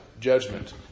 judgment